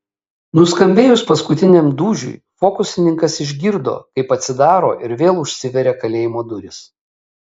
nuskambėjus paskutiniam dūžiui fokusininkas išgirdo kaip atsidaro ir vėl užsiveria kalėjimo durys